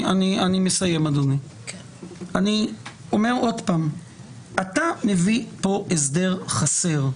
אני אומר עוד פעם שאתה מביא לכאן הסדר חסר.